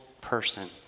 person